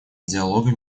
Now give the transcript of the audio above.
диалога